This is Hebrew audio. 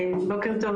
בוקר טוב.